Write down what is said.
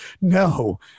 no